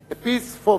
פיספוביה.